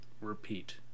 repeat